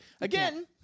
Again